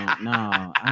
no